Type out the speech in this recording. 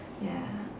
ya